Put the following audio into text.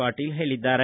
ಪಾಟೀಲ್ ಹೇಳಿದ್ದಾರೆ